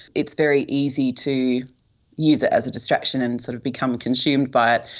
it's very easy to use it as a distraction and sort of become consumed by it,